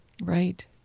Right